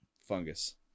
fungus